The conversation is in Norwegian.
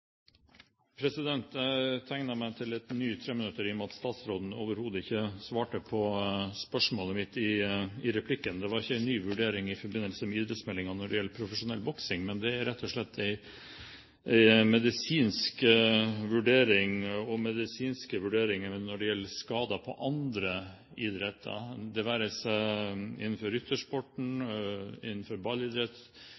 Jeg tegnet meg til et treminuttersinnlegg i og med at statsråden overhodet ikke svarte på spørsmålet mitt i replikkrunden. Jeg spurte ikke om en ny vurdering av profesjonell boksing i forbindelse med idrettsmeldingen, men rett og slett om en medisinsk vurdering av skader i andre idretter – det være seg innenfor ryttersporten, innenfor ballidrett, skiidrett osv. Det